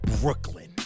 Brooklyn